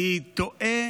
אני תוהה